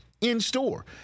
in-store